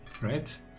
Right